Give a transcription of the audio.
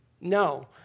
No